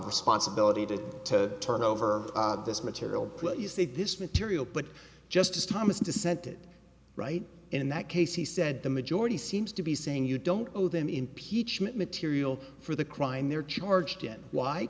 responsibility to turn over this material is that this material but justice thomas dissented right in that case he said the majority seems to be saying you don't owe them impeachment material for the crime they're charged in why